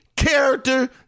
character